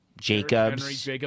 Jacobs